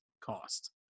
cost